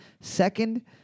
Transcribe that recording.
second